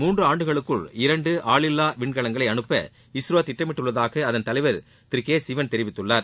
மூன்று ஆண்டுகளுக்குள் இரண்டு ஆளில்லா விண்கலங்களை அனுப்ப இஸ்ரோ திட்டமிட்டுள்ளதாக அதன் தலைவர் திரு கே சிவன் தெரிவித்துள்ளார்